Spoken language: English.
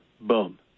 boom